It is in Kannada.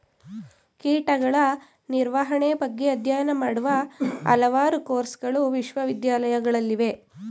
ಕೀಟಗಳ ನಿರ್ವಹಣೆ ಬಗ್ಗೆ ಅಧ್ಯಯನ ಮಾಡುವ ಹಲವಾರು ಕೋರ್ಸಗಳು ವಿಶ್ವವಿದ್ಯಾಲಯಗಳಲ್ಲಿವೆ